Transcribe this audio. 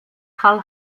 karl